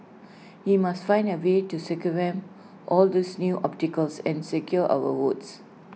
we must find A way to circumvent all these new obstacles and secure our votes